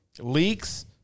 leaks